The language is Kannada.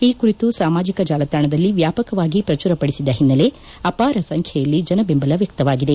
ಈ ಕುರಿತು ಸಾಮಾಜಿಕ ಜಾಲತಾಣದಲ್ಲಿ ವ್ಯಾಪಕವಾಗಿ ಪ್ರಚುರ ಪಡಿಸಿದ ಹಿನ್ನೆಲೆ ಅಪಾರ ಸಂಖ್ಯೆಯಲ್ಲಿ ಜನ ಬೆಂಬಲ ವ್ಯಕ್ತವಾಗಿದೆ